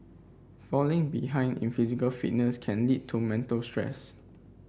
falling behind in physical fitness can lead to mental stress